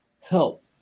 help